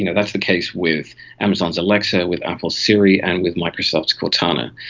you know that's the case with amazon's alexa, with apple's siri and with microsoft's cortana.